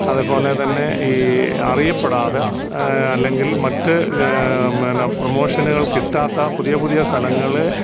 അതുപോലെ തന്നെ ഈ അറിയപ്പെടാതെ അല്ലെങ്കിൽ മറ്റു പിന്നെ പ്രമോഷനുകൾ കിട്ടാത്ത പുതിയ പുതിയ സ്ഥലങ്ങൾ